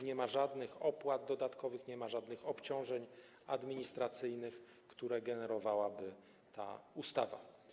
Nie ma żadnych opłat dodatkowych, nie ma żadnych obciążeń administracyjnych, które generowałaby ta ustawa.